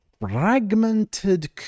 fragmented